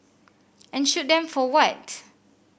and shoot them for what